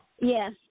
Yes